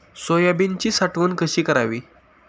सोयाबीनची साठवण कशी करावी?